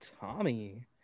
Tommy